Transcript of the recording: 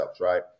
right